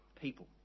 people